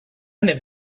never